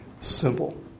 simple